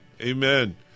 Amen